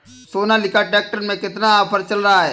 Sonalika tractor में कितना offer चल रहा है?